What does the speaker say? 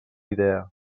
idea